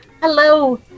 hello